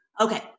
okay